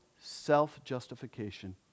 self-justification